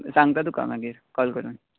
सांगता तुका मागीर कॉल करून